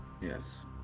Yes